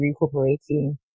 recuperating